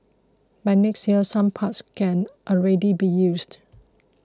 by next year some parts can already be used